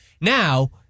Now